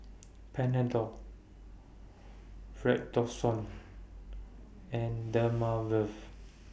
Panadol Redoxon and Dermaveen